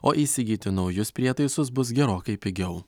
o įsigyti naujus prietaisus bus gerokai pigiau